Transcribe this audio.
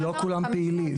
כי לא כולם פעילים.